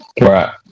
Right